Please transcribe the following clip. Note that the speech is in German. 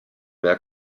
mehr